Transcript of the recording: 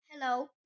Hello